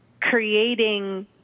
creating